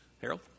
Harold